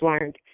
learned